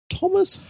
Thomas